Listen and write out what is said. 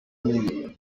mibi